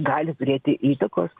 gali turėti įtakos